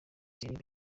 thierry